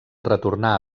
retornà